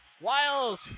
Wiles